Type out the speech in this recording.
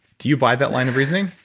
do you buy that line of reasoning?